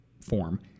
form